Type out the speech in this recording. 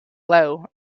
low